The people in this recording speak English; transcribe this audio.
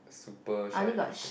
super shine lipstick